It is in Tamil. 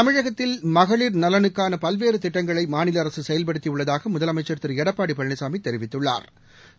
தமிழகத்தில் மகளிர் நலனுக்காக பல்வேறு திட்டங்களை மாநில அரசு செயல்படுத்தி உள்ளதாக முதலமைச்சா் திரு எடப்பாடி பழனிசாமி தெரிவித்துள்ளாா்